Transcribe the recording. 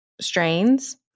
strains